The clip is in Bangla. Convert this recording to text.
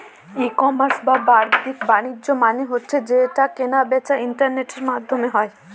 ই কমার্স বা বাদ্দিক বাণিজ্য মানে হচ্ছে যে কেনা বেচা ইন্টারনেটের মাধ্যমে হয়